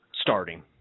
starting